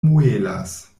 muelas